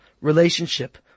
relationship